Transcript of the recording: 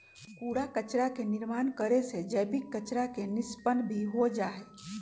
कूड़ा कचरा के निर्माण करे से जैविक कचरा के निष्पन्न भी हो जाहई